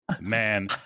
Man